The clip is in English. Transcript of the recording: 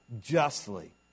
justly